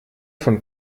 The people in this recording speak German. von